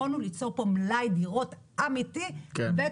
יכולנו ליצור פה מלאי אמיתי של דירות